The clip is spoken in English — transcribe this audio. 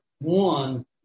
one